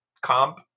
comp